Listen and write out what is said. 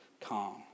calm